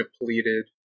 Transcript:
depleted